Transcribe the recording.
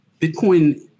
Bitcoin